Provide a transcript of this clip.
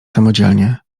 samodzielnie